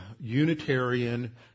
Unitarian